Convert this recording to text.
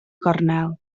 gornel